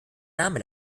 name